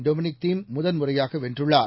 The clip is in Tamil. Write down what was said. டோம்னிக் தீம் முதல்முறையாக வென்றுள்ளார்